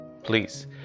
please